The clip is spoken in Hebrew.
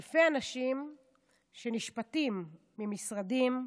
אלפי אנשים שנשפטים ממשרדים,